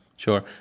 Sure